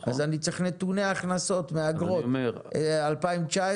אז אני צריך נתוני הכנסות מאגרות 2019,